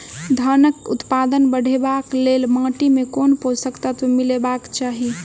धानक उत्पादन बढ़ाबै लेल माटि मे केँ पोसक तत्व मिलेबाक चाहि?